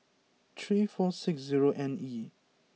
three four six zero N E